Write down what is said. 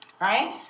Right